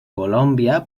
colòmbia